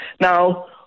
now